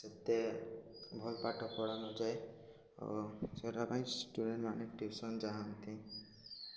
ସେତେ ଭଲ ପାଠ ପଢ଼ାନଯାଏ ଓ ସେଟା ଷ୍ଟୁଡ଼େଣ୍ଟ ମାନେ ଟ୍ୟୁସନ୍ ଯାଆନ୍ତି